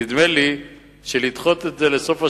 נדמה לי שלדחות את זה לסוף השנה,